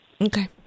Okay